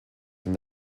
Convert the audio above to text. from